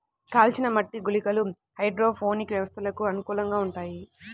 కాల్చిన మట్టి గుళికలు హైడ్రోపోనిక్ వ్యవస్థలకు అనుకూలంగా ఉంటాయి